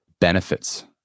benefits